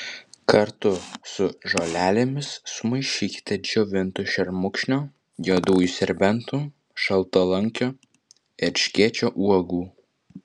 kartu su žolelėmis sumaišykite džiovintų šermukšnio juodųjų serbentų šaltalankio erškėčio uogų